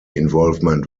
involvement